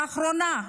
לאחרונה,